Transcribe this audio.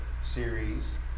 series